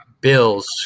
Bill's